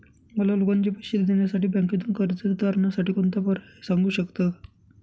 मला लोकांचे पैसे देण्यासाठी बँकेतून कर्ज तारणसाठी कोणता पर्याय आहे? सांगू शकता का?